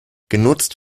genutzt